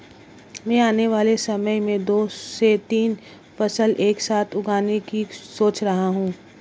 मैं आने वाले समय में दो से तीन फसल एक साथ उगाने की सोच रहा हूं